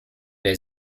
der